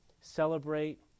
celebrate